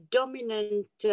dominant